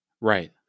Right